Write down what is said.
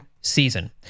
season